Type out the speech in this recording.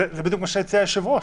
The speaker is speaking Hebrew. זה בדיוק מה שהציע היושב-ראש.